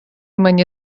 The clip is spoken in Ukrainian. мені